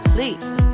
Please